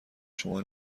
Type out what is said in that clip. شما